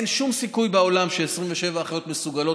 אין שום סיכוי בעולם ש-27 אחיות מסוגלות